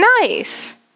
Nice